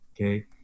Okay